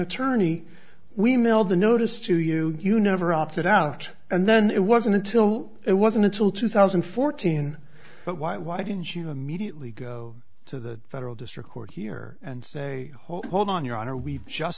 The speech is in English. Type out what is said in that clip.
attorney we mailed the notice to you you never opted out and then it wasn't until it wasn't until two thousand and fourteen but why why didn't you immediately go to the federal district court here and say hold on hold on